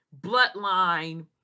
bloodline